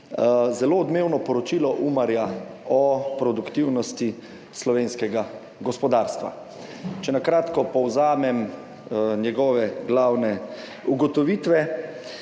zelo odmevno poročilo Umarja o produktivnosti slovenskega gospodarstva. Če na kratko povzamem njihove glavne ugotovitve